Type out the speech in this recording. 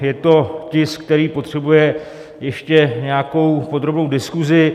Je to tisk, který potřebuje ještě nějakou podrobnou diskusi.